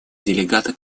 делегата